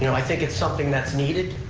you know i think it's something that's needed,